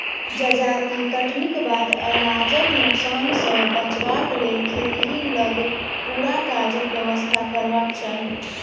जजाति कटनीक बाद अनाजक नोकसान सॅ बचबाक लेल खेतहि लग पूरा काजक व्यवस्था करबाक चाही